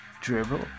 Dribble